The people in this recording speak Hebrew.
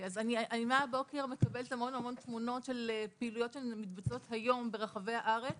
אני מהבוקר מקבלת המון תמונות של פעילויות שמתבצעות היום ברחבי הארץ